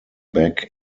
back